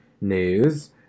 news